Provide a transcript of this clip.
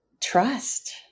trust